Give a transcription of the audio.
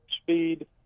speed